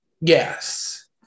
Yes